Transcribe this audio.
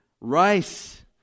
rice